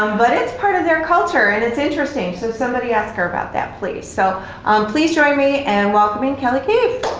um but it's part of their culture and it's interesting. so somebody ask her about that please. so um please join me in and welcoming kelly keefe.